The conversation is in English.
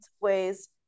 ways